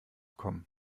kommen